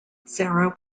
sarah